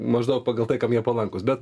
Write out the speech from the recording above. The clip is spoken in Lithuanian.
maždaug pagal tai kam jie palankūs bet